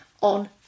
on